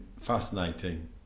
fascinating